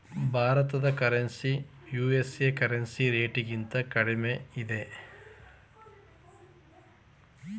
ಭಾರತದ currency USA currency ರೇಟ್ಗಿಂತ ಕಡಿಮೆ ಇದೆ